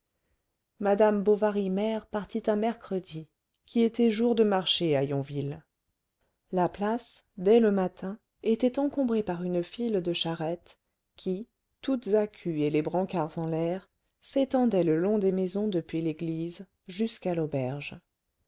madame bovary mère partit un mercredi qui était jour de marché à yonville la place dès le matin était encombrée par une file de charrettes qui toutes à cul et les brancards en l'air s'étendaient le long des maisons depuis l'église jusqu'à l'auberge